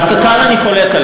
דווקא כאן אני חולק עליך.